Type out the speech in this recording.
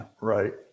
right